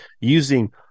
using